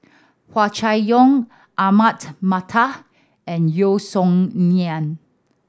Hua Chai Yong Ahmad Mattar and Yeo Song Nian